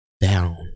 down